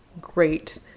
great